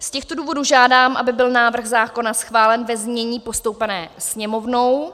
Z těchto důvodů žádám, aby byl návrh zákona schválen ve znění postoupeném Sněmovnou.